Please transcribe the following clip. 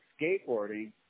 skateboarding